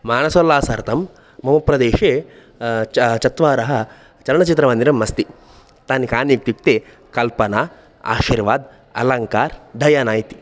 मानसोल्लासार्थं मम प्रदेशे च चत्वारः चलनचित्रमन्दिरम् अस्ति तानि कानि इत्युक्ते कल्पना आरिर्वाद् अलङ्कार् डायाना इति